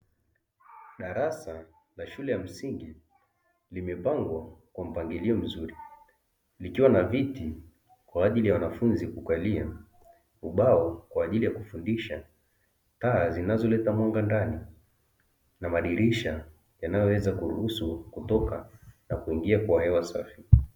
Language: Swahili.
Darasa la shule ya msingi limepangwa kwa mpangiio mzuri likiwa na viti kwa ajili ya wanafunzi kukalia, ubao kwa ajili kufundisha, taa zinazoleta mwanga ndani na madirisha yanayoweza kuruhusu kutoka na kuingia kwa hewa safi.